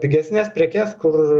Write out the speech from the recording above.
pigesnes prekes kur